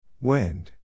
Wind